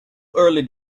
early